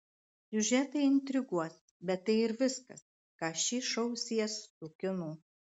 siužetai intriguos bet tai ir viskas kas šį šou sies su kinu